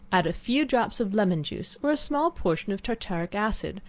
add a few drops of lemon juice, or a small portion of tartaric acid,